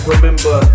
Remember